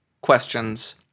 questions